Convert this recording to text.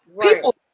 People